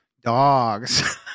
dogs